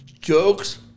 Jokes